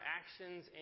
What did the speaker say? actions